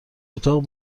اتاق